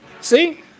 See